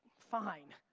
fine.